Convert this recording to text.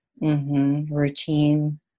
Routine